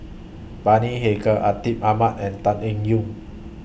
Bani Haykal Atin Amat and Tan Eng Yoon